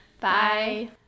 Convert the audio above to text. bye